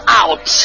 out